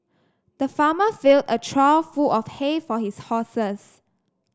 the farmer filled a trough full of hay for his horses